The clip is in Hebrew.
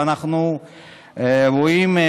ואנחנו רואים,